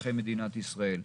אזרחי מדינת ישראל.